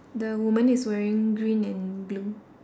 the woman is wearing green and blue